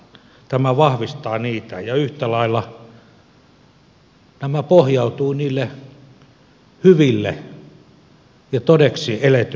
tämä vahvistaa niitä ja yhtä lailla nämä pohjautuu niille hyville ja todeksi eletyille arvoille